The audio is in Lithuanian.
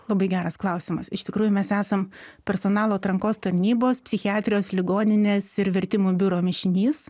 labai geras klausimas iš tikrųjų mes esam personalo atrankos tarnybos psichiatrijos ligoninės ir vertimų biuro mišinys